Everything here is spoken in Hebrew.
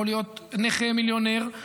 יכול להיות נכה מיליונר.